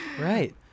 Right